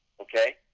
okay